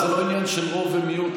זה לא עניין של רוב ומיעוט,